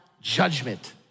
judgment